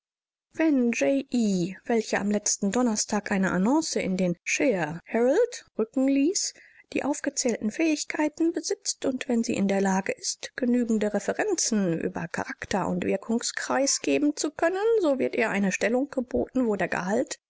wenn j e welche am letzten donnerstag eine annonce in den shire herald rücken ließ die aufgezählten fähigkeiten besitzt und wenn sie in der lage ist genügende referenzen über charakter und wirkungskreis geben zu können so wird ihr eine stellung geboten wo